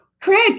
Craig